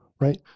right